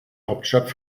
hauptstadt